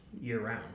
year-round